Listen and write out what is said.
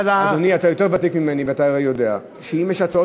אתה הרי יותר ותיק ממני ואתה הרי יודע שאם יש הצעות